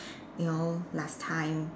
you know last time